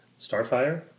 Starfire